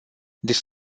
this